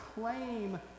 claim